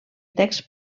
text